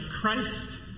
Christ